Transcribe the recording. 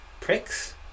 Pricks